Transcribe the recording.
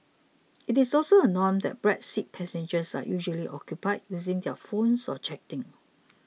it is also a norm that back seat passengers are usually occupied using their phones or chatting